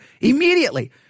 immediately